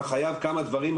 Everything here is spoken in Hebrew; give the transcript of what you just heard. אתה חייב כמה דברים,